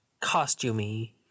costumey